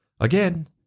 again